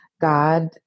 God